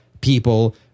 people